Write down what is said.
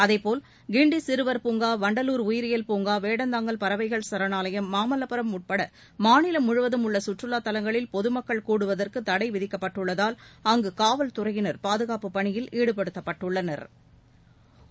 அதேபோல் கிண்டி சிறுவர் பூங்கா வண்டலூர் உயிரியல் பூங்கா வேடந்தாங்கல் பறவைகள் சரணாலயம் மாமல்லபுரம் உட்பட மாநிலம் முழுவதும் உள்ள கற்றுவா தலங்களில் பொதுமக்கள் கூடுவதற்கு தடை விதிக்கப்பட்டுள்ளதால் அங்கு காவல்துறையினா் பாதுகாப்பு பணியில் ஈடுபடுத்தப்பட்டுள்ளனா்